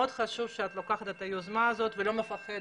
מאוד חשוב שאת לוקחת את היוזמה הזאת ולא מפחדת,